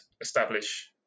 establish